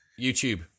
YouTube